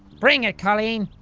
bring it colleen.